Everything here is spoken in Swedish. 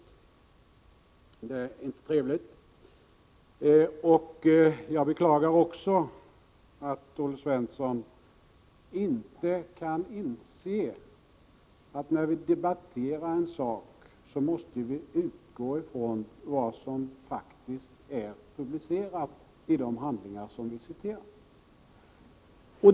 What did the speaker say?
Det är inte trevligt. Och jag beklagar också att Olle Svensson inte kan inse, att när vi debatterar en sak, så måste vi utgå från vad som faktiskt är publicerat i de handlingar som vi citerar.